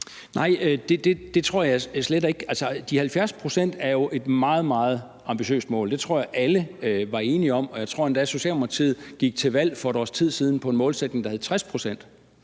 Nej, det tror jeg slet ikke. De 70 pct. er jo et meget, meget ambitiøst mål. Det tror jeg alle er enige om. Og jeg tror endda, at Socialdemokratiet gik til valg for 1 års tid siden på en målsætning, der hed 60 pct.